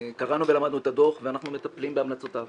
קראנו ולמדנו את הדוח ואנחנו מטפלים בהמלצותיו.